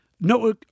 No